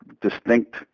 distinct